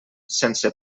sense